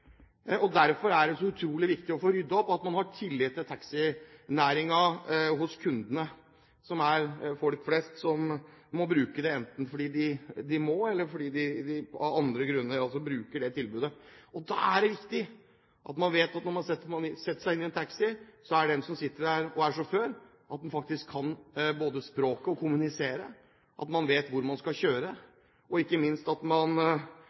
Derfor er det så utrolig viktig å få ryddet opp og viktig at taxinæringen har tillit hos kundene, som er folk flest som bruker taxi enten fordi de må, eller fordi de av andre grunner bruker tilbudet. Det er viktig at man når man setter seg inn i en taxi, vet at den som sitter der og er sjåfør, faktisk kan språket, kan kommunisere og vet hvor han eller hun skal kjøre. Ikke minst er det viktig at man